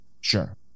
Sure